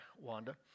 Wanda